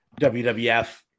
WWF